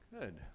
Good